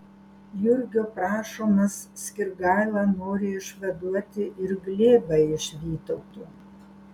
jurgio prašomas skirgaila nori išvaduoti ir glėbą iš vytauto